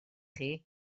chi